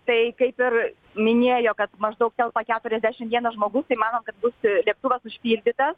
tai kaip ir minėjo kad maždaug telpa keturiasdešim vienas žmogus tai manom kad bus lėktuvas užpildytas